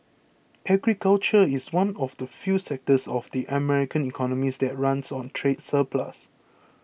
agriculture is one of the few sectors of the American economy that runs a trade surplus